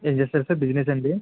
ఏం చేస్తారు సార్ బిజినెస్సా అండి